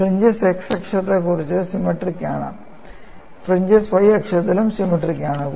fringes x അക്ഷത്തിൽ symmetric ആണ് fringes y അക്ഷത്തിലും സിമെട്രിക് ആണ്